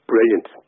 Brilliant